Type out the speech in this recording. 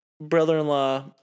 brother-in-law